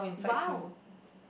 !wow!